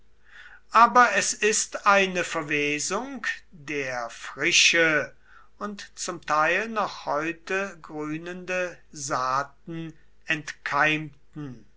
aber es ist eine verwesung der frische und zum teil noch heute grünende saaten entkeimten